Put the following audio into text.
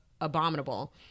abominable